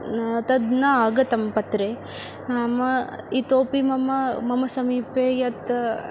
न तद् न आगतं पत्रे नाम इतोपि मम मम समीपे यत्